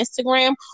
Instagram